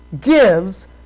gives